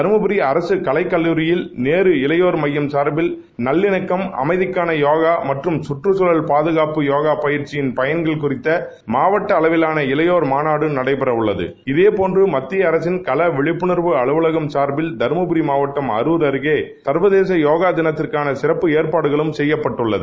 தருமடமி அரசு கலைக் கல்லூரியில் நேரு இளைபோர் மையம் கார்பில் நல்விணக்கம் அமைதிக்கான போகா மற்றும் கற்றுக்குழல் பாதுகாப்பு போக பயிற்சியின் பயன்கள் குறித்த மாவட்ட அளவிலான இளைபோர் மாநாடு நடைபெறவுள்ளது இதபோன்று மத்திய அரசின் கள விழிப்புணர்வு அலுவலகம் சார்பில் தருமபுரி மாவட்டம் அருச் அருகே சர்வகேத போகா தினத்திற்கான சிறப்பு ஏற்பாடுகளும் செய்யப்பட்டுள்ளன